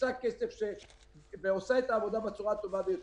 שמכניסה כסף ועושה את העבודה בצורה הטובה ביותר.